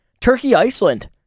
Turkey-Iceland